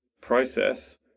process